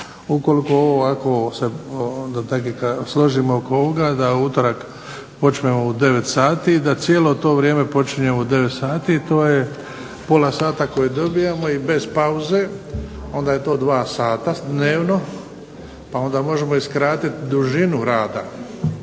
ukoliko ovo ovako se onda složimo oko ovoga da u utorak počnemo u 9,00 sati i da cijelo to vrijeme počinje u 9,00 sati i to je pola sata koje dobijamo i bez pauze. Onda je to 2 sata dnevno, pa onda možemo i skratiti dužinu rada